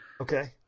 Okay